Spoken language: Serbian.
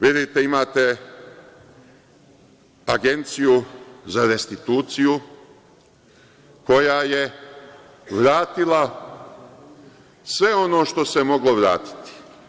Vidite, imate Agenciju za restituciju, koja je vratila sve ono što se moglo vratiti.